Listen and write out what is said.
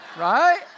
right